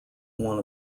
one